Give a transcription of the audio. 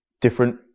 different